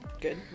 good